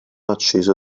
acceso